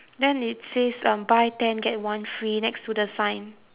then it says um buy ten get one free next to the sign